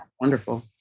wonderful